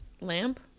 Lamp